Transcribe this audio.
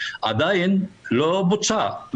עדיין לא בוצע.